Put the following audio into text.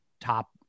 top